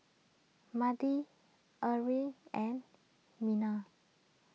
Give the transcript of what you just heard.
Mandi Earlie and Minna